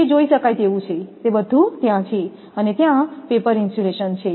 તે જોઈ શકાય તેવું છે તે બધું ત્યાં છે અને ત્યાં પેપર ઇન્સ્યુલેશન છે